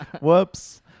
Whoops